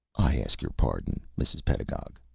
i ask your pardon, mrs. pedagog,